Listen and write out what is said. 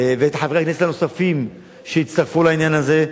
ואת חברי הכנסת הנוספים שהצטרפו לעניין הזה.